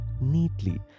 neatly